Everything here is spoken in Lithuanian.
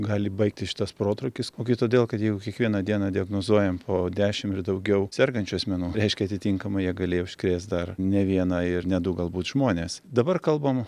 gali baigtis šitas protrūkis o gi todėl kad jeigu kiekvieną dieną diagnozuojam po dešim ir daugiau sergančių asmenų reiškia atitinkamai jie galėjo užkrėst dar ne vieną ir ne du galbūt žmones dabar kalbam